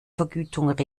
vergütung